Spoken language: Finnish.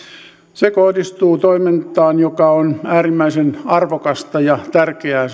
se kohdistuu toimintaan joka on äärimmäisen arvokasta ja tärkeää